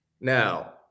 Now